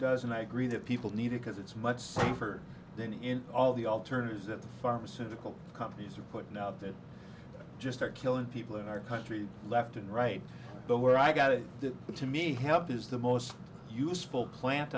does and i agree that people need it because it's much safer than in all the alternatives that the pharmaceutical companies are putting out that just are killing people in our country left and right but where i got it that to me help is the most useful plant